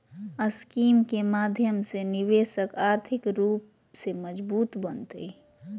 scheme के माध्यम से निवेशक आर्थिक रूप से मजबूत बनतय